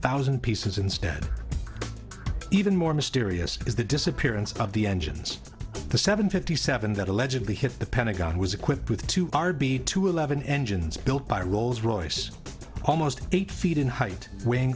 thousand pieces instead even more mysterious is the disappearance of the engines the seven fifty seven that allegedly hit the pentagon was equipped with two rb two eleven engines built by rolls royce almost eight feet in height weighing